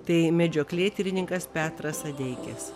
tai medžioklėtyrininkas petras adeikis